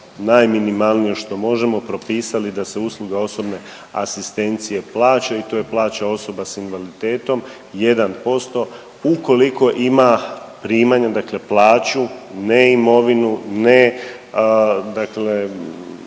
najminimalnije što možemo propisali da se usluga osobne asistencije plaća i to je plaća osoba s invaliditetom 1% ukoliko ima primanja, dakle plaću, ne imovinu, ne dakle